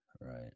Right